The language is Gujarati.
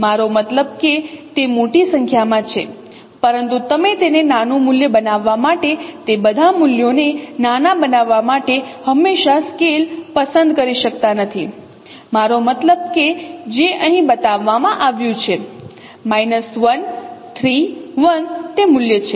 મારો મતલબ કે તે મોટી સંખ્યામાં છે પરંતુ તમે તેને નાનું મૂલ્ય બનાવવા માટે તે બધા મૂલ્યોને નાના બનાવવા માટે હંમેશાં સ્કેલ પસંદ કરી શકતા નથી મારો મતલબ કે જે અહીં બતાવવામાં આવ્યું છે 1 3 1 તે મૂલ્ય છે